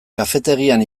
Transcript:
kafetegian